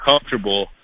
comfortable